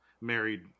married